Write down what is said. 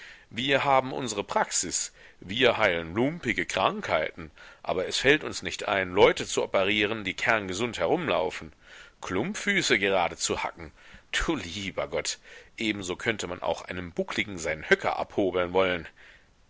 wir haben unsre praxis wir heilen lumpige krankheiten aber es fällt uns nicht ein leute zu operieren die kerngesund herumlaufen klumpfüße gerade zu hacken du lieber gott ebenso könnte man auch einem buckligen seinen höcker abhobeln wollen